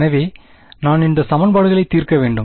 எனவே நான் இந்த சமன்பாடுகளை தீர்க்க வேண்டும்